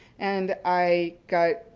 and i got,